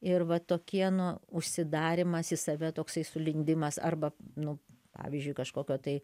ir va tokie nu užsidarymas į save toksai sulindimas arba nu pavyzdžiui kažkokio tai